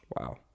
Wow